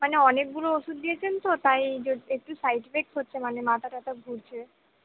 মানে অনেকগুলো ওষুধ দিয়েছেন তো তাই একটু সাইড এফেক্ট করছে মানে মাথা টাথা ঘুরছে